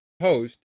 host